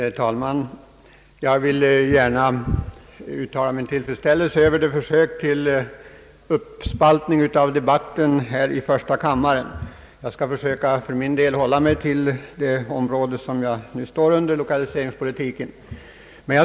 Herr talman! Jag vill gärna uttala min tillfredsställelse över försöket till uppspaltning av debatten här i första kammaren. För min del skall jag försöka hålla mig till det område som jag står upptagen under — lokaliseringspolitiken.